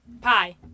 Pie